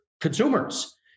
consumers